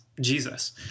Jesus